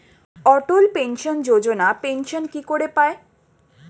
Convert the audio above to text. অটল pension Yojana pension কি করে পায়?